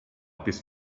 bist